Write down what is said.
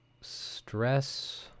Stress